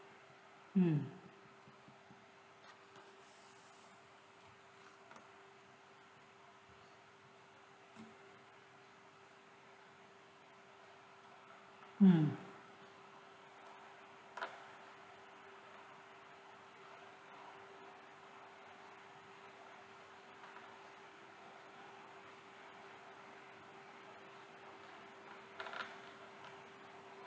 mm mm